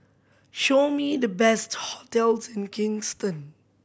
show me the best hotels in Kingston